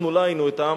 אנחנו לא היינו אתם.